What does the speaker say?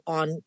on